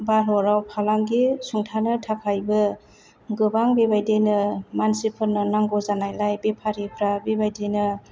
भारताव फालांगि सुंथानो थाखायबो गोबां बेबायदिनो मानसिफोरनो नांगौ जानायलाय बेफारिफ्रा बेबायदिनो